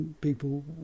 people